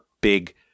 big